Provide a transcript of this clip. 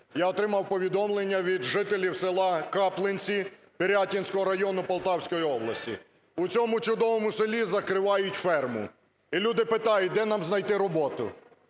я отримав повідомлення від жителів села Каплинці Пирятинського району Полтавської області. У цьому чудовому селі закривають ферму. І люди питають: "Де нам знайти роботу?"